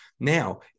Now